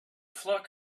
flock